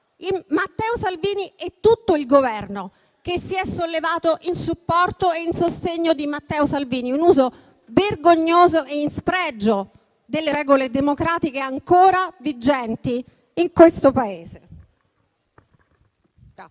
Matteo Salvini e tutto il Governo, che si è sollevato in suo supporto e sostegno? Si è trattato di un uso vergognoso e in spregio delle regole democratiche ancora vigenti in questo Paese.